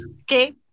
Okay